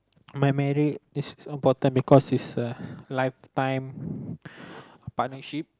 my marriage is important because it is a lifetime partnership